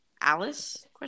Alice